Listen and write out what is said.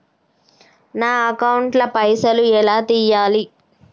నా అకౌంట్ ల పైసల్ ఎలా తీయాలి?